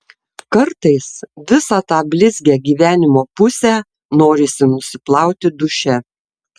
kartais visą tą blizgią gyvenimo pusę norisi nusiplauti duše